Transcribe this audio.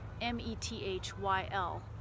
M-E-T-H-Y-L